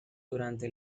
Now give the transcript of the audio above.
durante